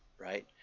right